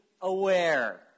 aware